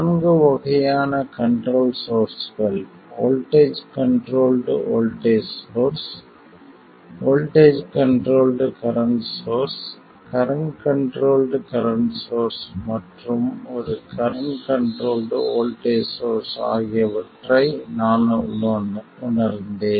நான்கு வகையான கண்ட்ரோல் சோர்ஸ்கள் voltage controlled voltage source voltage controlled current source current controlled current source மற்றும் ஒரு கரண்ட் கண்ட்ரோல்ட் வோல்ட்டேஜ் சோர்ஸ் ஆகியவற்றை நான் உணர்ந்தேன்